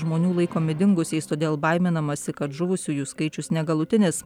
žmonių laikomi dingusiais todėl baiminamasi kad žuvusiųjų skaičius negalutinis